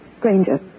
Granger